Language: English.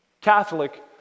Catholic